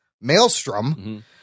Maelstrom